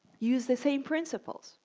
use the same principles.